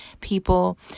people